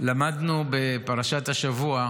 למדנו בפרשת השבוע